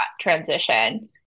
transition